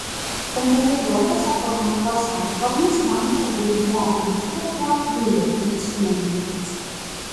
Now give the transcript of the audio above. centralizuotos ekonomikos sąlygomis bankų vaidmuo ūkyje buvo apgailėtinai sumenkintas